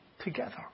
together